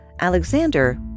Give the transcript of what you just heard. Alexander